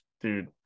dude